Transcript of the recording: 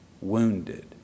wounded